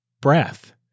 breath